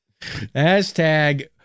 Hashtag